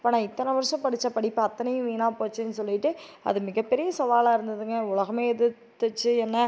அப்போ நான் இத்தனை வருஷம் படித்த படிப்பு அத்தனையும் வீணாக போச்சேன்னு சொல்லிவிட்டு அது மிகப்பெரிய சவாலாக இருந்ததுங்க உலகமே எதிர்த்திச்சு என்னை